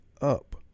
up